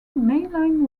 mainline